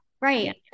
Right